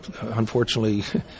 unfortunately